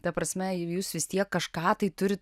ta prasme jūs vis tiek kažką tai turit